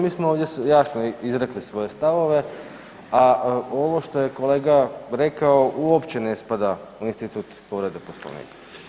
Mi smo ovdje jasno izrekli svoje stavove, a ovo što je kolega rekao uopće ne spada u institut povrede Poslovnika.